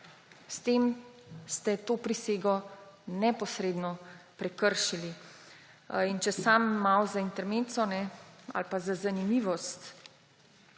S tem ste to prisego neposredno prekršili. Če samo malo za intermezzo ali pa za zanimivost